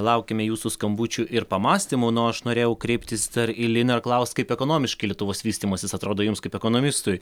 laukiame jūsų skambučių ir pamąstymų na o aš norėjau kreiptis į liną ir klaust kaip ekonomiški lietuvos vystymasis atrodo jums kaip ekonomistui